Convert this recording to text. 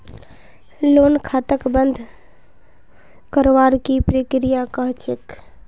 loan खाताक बंद करवार की प्रकिया ह छेक